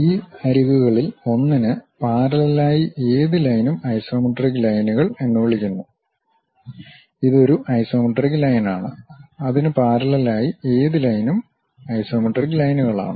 ഈ അരികുകളിൽ ഒന്നിന് പാരല്ലെൽ ആയി ഏത് ലൈനും ഐസോമെട്രിക് ലൈനുകൾ എന്ന് വിളിക്കുന്നു ഇതൊരു ഐസോമെട്രിക് ലൈൻ ആണ് അതിന് പാരല്ലെൽ ആയി ഏത് ലൈനും ഐസോമെട്രിക് ലൈനുകൾ ആണ്